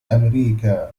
أمريكا